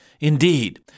Indeed